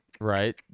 Right